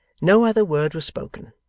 no other word was spoken,